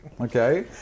Okay